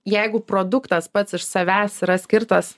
jeigu produktas pats iš savęs yra skirtas